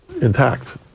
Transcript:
intact